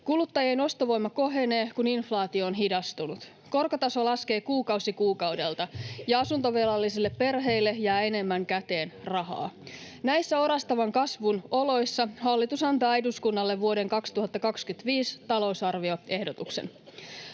Kuluttajien ostovoima kohenee, kun inflaatio on hidastunut. Korkotaso laskee kuukausi kuukaudelta, ja asuntovelallisille perheille jää enemmän käteen rahaa. Näissä orastavan kasvun oloissa hallitus antaa eduskunnalle vuoden 2025 talousarvioehdotuksen.